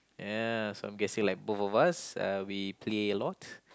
ya so I'm guessing like both of us uh we play a lot